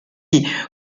die